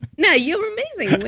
no, you are amazing.